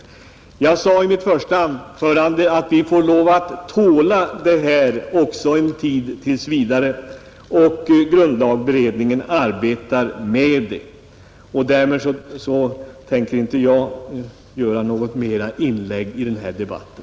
Jag sade i mitt första anförande att vi får tåla det här en tid framåt och att grundlagberedningen arbetar med frågan. Därmed tänker inte jag göra något mera inlägg i den här debatten.